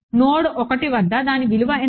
node 1 వద్ద దాని విలువ ఎంత